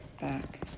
back